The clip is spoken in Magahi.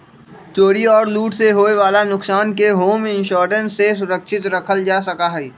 चोरी और लूट से होवे वाला नुकसान के होम इंश्योरेंस से सुरक्षित रखल जा सका हई